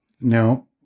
Now